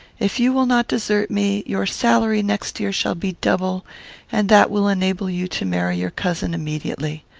if you will not desert me, your salary next year shall be double and that will enable you to marry your cousin immediately.